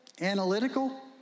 analytical